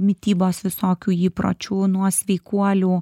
mitybos visokių įpročių nuo sveikuolių